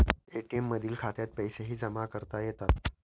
ATM मधील खात्यात पैसेही जमा करता येतात